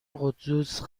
قدوس